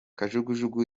kajugujugu